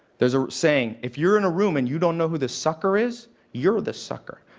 there's a saying, if you're in a room and you don't know who the sucker is, you're the sucker.